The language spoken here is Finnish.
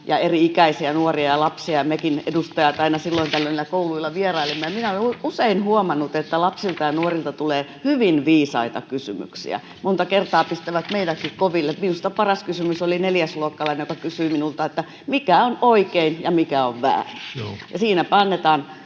ja eri-ikäisiä nuoria ja lapsia, ja mekin edustajat aina silloin tällöin kouluilla vierailemme. Minä olen usein huomannut, että lapsilta ja nuorilta tulee hyvin viisaita kysymyksiä, monta kertaa pistävät meidätkin koville. Minusta paras kysymys tuli neljäsluokkalaiselta, joka kysyi minulta, mikä on oikein ja mikä on väärin. Siinäpä ollaan